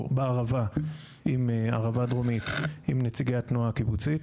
בערבה דרומית עם נציגי התנועה הקיבוצית.